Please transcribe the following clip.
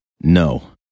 no